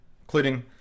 including